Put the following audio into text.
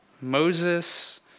Moses